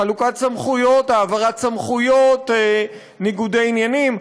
חלוקת סמכויות, העברת סמכויות, ניגודי עניינים.